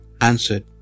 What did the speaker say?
answered